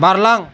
बारलां